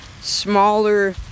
smaller